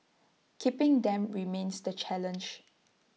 keeping them remains the challenge